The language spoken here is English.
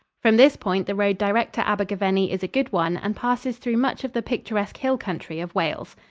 from this point the road direct to abergavenny is a good one and passes through much of the picturesque hill country of wales.